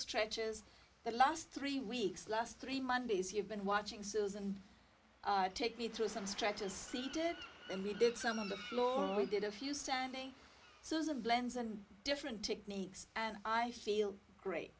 stretches the last three weeks last three mondays you've been watching susan take me through some stretches seated and we did some of the floor we did a few standing so as of blends and different techniques and i feel great